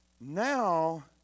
now